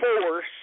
force